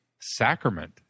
sacrament